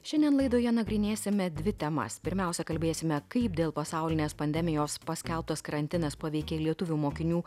šiandien laidoje nagrinėsime dvi temas pirmiausia kalbėsime kaip dėl pasaulinės pandemijos paskelbtas karantinas paveikė lietuvių mokinių